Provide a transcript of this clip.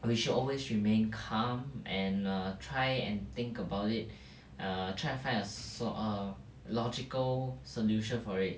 we should always remain calm and err try and think about it err try and find a so~ err logical solution for it